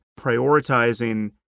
prioritizing